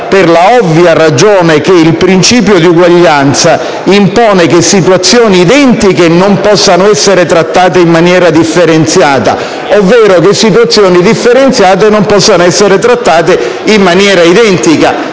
per la ovvia ragione che il principio di uguaglianza impone che situazioni identiche non possano essere trattate in maniera differenziata ovvero che situazioni differenziate non possano essere trattate in maniera identica.